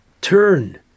turn